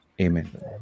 Amen